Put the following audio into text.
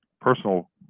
personal